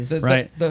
Right